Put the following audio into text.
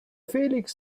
felix